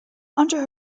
under